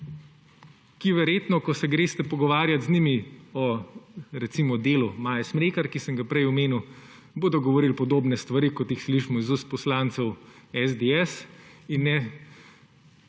verjetno, ko se greste pogovarjat z njimi o recimo delu Maje Smrekar, ki sem ga prej omenil, govorili podobne stvari, kot jih slišimo iz ust poslancev SDS, in ne